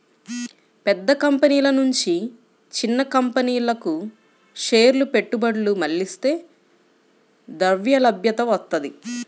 పెద్ద కంపెనీల నుంచి చిన్న కంపెనీలకు షేర్ల పెట్టుబడులు మళ్లిస్తే ద్రవ్యలభ్యత వత్తది